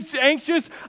anxious